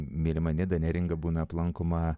mylima nida neringa būna aplankoma